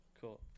Cool